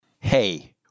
Hey